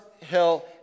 Hill